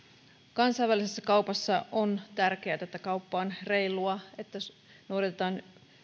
kansainvälisessä kaupassa on tärkeätä että kauppa on reilua että noudatetaan